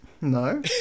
No